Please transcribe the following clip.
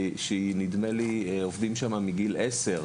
שנדמה לי שעובדים שם מגיל 10,